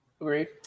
Agreed